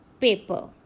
paper